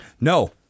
No